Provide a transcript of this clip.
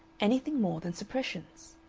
anything more than suppressions.